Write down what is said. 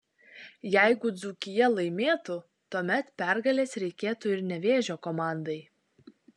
jeigu dzūkija laimėtų tuomet pergalės reiktų ir nevėžio komandai